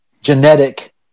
genetic